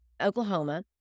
Oklahoma